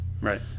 Right